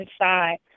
inside